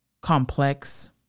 complex